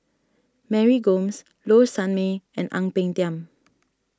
Mary Gomes Low Sanmay and Ang Peng Tiam